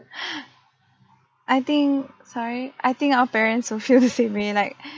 I think sorry I think our parents will feel the same way like